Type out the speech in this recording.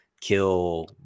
kill